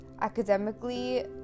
academically